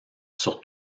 sur